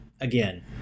again